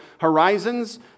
horizons